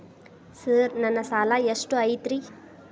Sir ನನ್ನ ಸಾಲಾ ಎಷ್ಟು ಐತ್ರಿ?